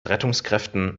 rettungskräften